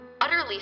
utterly